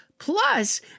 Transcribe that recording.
Plus